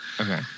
Okay